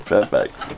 Perfect